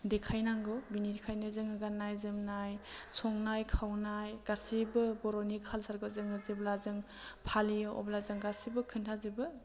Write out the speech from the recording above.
देखायनांगौ बिनिखायनो जोङो गान्नाय जोमनाय संनाय खावनाय गासैबो बर'नि कालसारफोरखौ जोङो जेब्ला जों फालियो अब्ला जों गासैबो खोन्थाजोबो